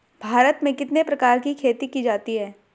भारत में कितने प्रकार की खेती की जाती हैं?